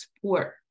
support